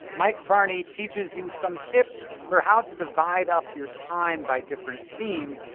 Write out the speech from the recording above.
mike varney teaches you some tips for how to divide up your time by different themes,